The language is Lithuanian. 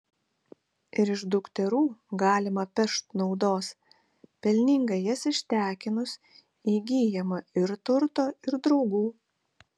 ir iš dukterų galima pešt naudos pelningai jas ištekinus įgyjama ir turto ir draugų